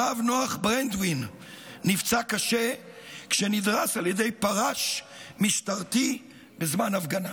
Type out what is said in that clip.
הרב נוח ברנדווין נפצע קשה כשנדרס על ידי פרש משטרתי בזמן הפגנה,